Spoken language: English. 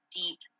deep